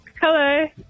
Hello